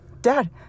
Dad